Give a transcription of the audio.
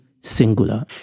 singular